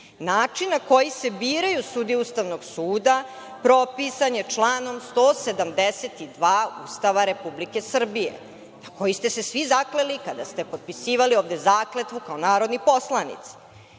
Način na koji se biraju sudije Ustavnog suda propisan je članom 172. Ustava Republike Srbije na koji ste se svi zakleli kada ste potpisivali zakletvu kao narodni poslanici. Takođe